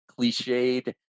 cliched